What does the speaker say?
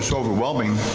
so overwhelming.